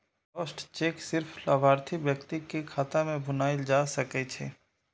crossed cheque सिर्फ लाभार्थी व्यक्ति के खाता मे भुनाएल जा सकै छै